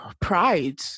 Pride